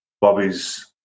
Bobby's